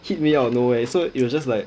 hit me out of nowhere so it was just like